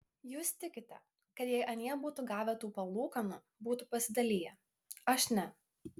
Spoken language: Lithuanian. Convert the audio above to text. jūs tikite kad jei anie būtų gavę tų palūkanų būtų pasidaliję aš ne